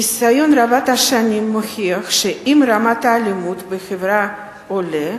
הניסיון רב-השנים מוכיח שאם רמת האלימות בחברה עולה,